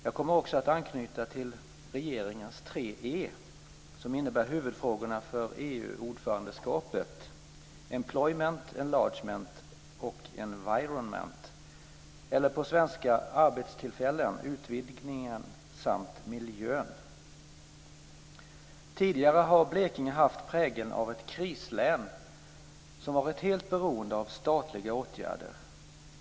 Jag kommer också att anknyta till regeringens tre "E:n" som är huvudfrågorna för EU Environment, eller på svenska: arbetstillfällen, utvidgningen samt miljön. Tidigare har Blekinge haft prägeln av ett krislän som varit helt beroende av statliga åtgärder.